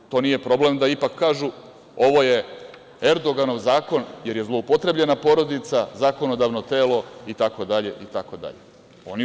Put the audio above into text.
Ali, to nije problem da ipak kažu – ovo je Erdoganov zakon jer je zloupotrebljena porodica, zakonodavno tako, i tako dalje.